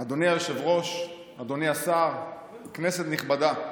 אדוני היושב-ראש, אדוני השר, כנסת נכבדה,